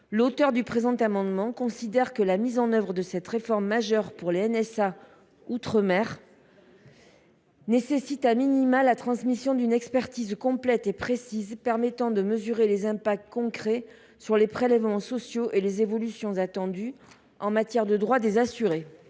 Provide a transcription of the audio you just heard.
l’auteur du présent amendement considère que la mise en œuvre de cette réforme majeure pour les NSA outre mer nécessite la transmission d’une expertise complète et précise permettant de mesurer les conséquences concrètes sur les prélèvements sociaux et les évolutions attendues en matière de droits pour les assurés.